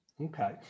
Okay